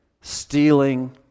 stealing